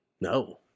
No